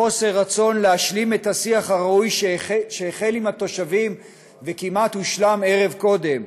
בחוסר רצון להשלים את השיח הראוי שהחל עם התושבים וכמעט הושלם ערב קודם.